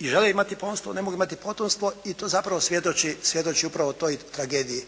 i žele imati potomstvo a ne mogu imati potomstvo i to zapravo svjedoči upravo toj tragediji.